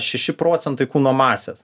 šeši procentai kūno masės